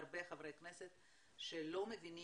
מהרבה חברי כנסת שלא מבינים,